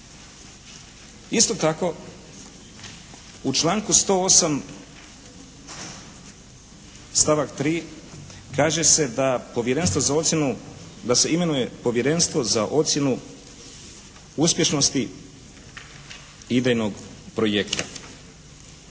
se da povjerenstvo za ocjenu, da se imenuje Povjerenstvo za ocjenu uspješnosti idejnog projekta.